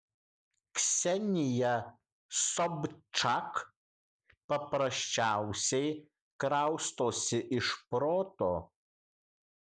ksenija sobčak paprasčiausiai kraustosi iš proto